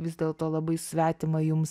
vis dėlto labai svetima jums